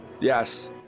Yes